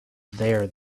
there